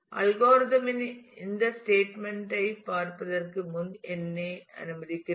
algorithm இன் இந்த statement ஐ பார்ப்பதற்கு முன் என்னை அனுமதிக்கிறேன்